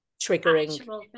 triggering